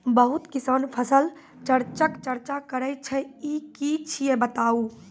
बहुत किसान फसल चक्रक चर्चा करै छै ई की छियै बताऊ?